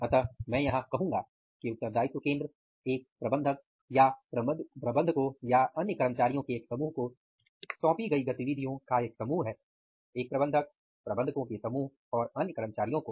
अतः मैं यहाँ कहूंगा कि उत्तरदायित्व केंद्र एक प्रबंधक या प्रबंधकों या अन्य कर्मचारियों के एक समूह को सौंपी गई गतिविधियों का एक समूह है एक प्रबंधक प्रबंधकों के समूह और अन्य कर्मचारियों को